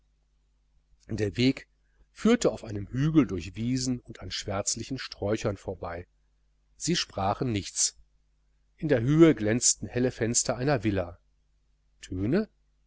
der weg führte auf einen hügel durch wiesen und an schwärzlichen sträuchern vorbei sie sprachen nichts in der höhe glänzten helle fenster einer villa töne